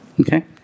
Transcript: Okay